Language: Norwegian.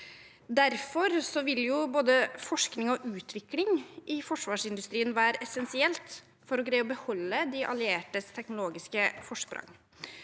Derfor vil både forskning og utvikling i forsvarsindustrien være essensielt for å greie å beholde de alliertes teknologiske forsprang.